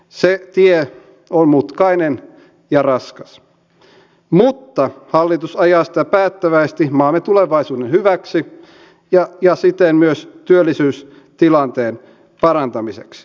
se tie on mutkainen ja raskas mutta hallitus ajaa sitä päättäväisesti maamme tulevaisuuden hyväksi ja siten myös työllisyystilanteen parantamiseksi